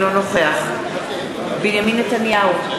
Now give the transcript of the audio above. אינו נוכח בנימין נתניהו,